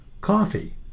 coffee